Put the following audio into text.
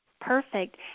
Perfect